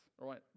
right